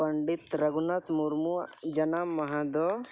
ᱯᱚᱱᱰᱤᱛ ᱨᱚᱜᱷᱩᱱᱟᱛᱷ ᱢᱩᱨᱢᱩᱣᱟᱜ ᱡᱟᱱᱟᱢ ᱢᱟᱦᱟ ᱫᱚ